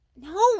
No